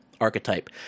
archetype